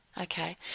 Okay